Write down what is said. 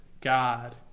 God